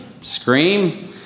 scream